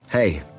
Hey